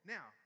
Now